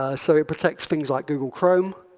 ah so it protects things like google chrome,